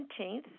17th